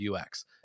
ux